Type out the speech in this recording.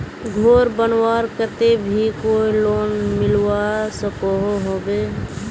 घोर बनवार केते भी कोई लोन मिलवा सकोहो होबे?